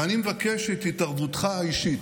ואני מבקש את התערבותך האישית.